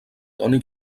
toni